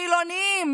חילונים,